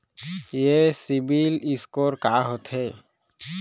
ये CIBIL score का होथे?